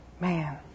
Man